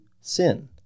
sin